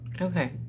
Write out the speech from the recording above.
Okay